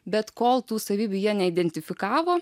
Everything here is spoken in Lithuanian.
bet kol tų savybių jie neidentifikavo